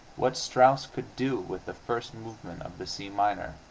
what strauss could do with the first movement of the c minor.